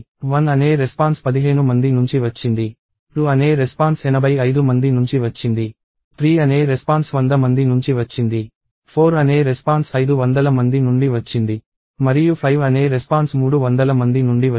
1 అనే రెస్పాన్స్ పదిహేను మంది నుంచి వచ్చింది 2 అనే రెస్పాన్స్ 85 మంది నుంచి వచ్చింది 3 అనే రెస్పాన్స్ 100 మంది నుంచి వచ్చింది 4 అనే రెస్పాన్స్ 500 మంది నుండి వచ్చింది మరియు 5 అనే రెస్పాన్స్ 300 మంది నుండి వచ్చింది